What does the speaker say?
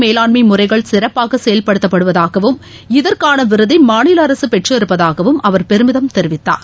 மேலாண்மமுறைகள் தமிழகத்தில் ந் சிறப்பாகசெயல்படுத்தப்படுவதாவும் இதற்கானவிருதைமாநிலஅரசுபெற்றிருப்பதாகவும் அவர் பெருமிதம் தெரிவித்தார்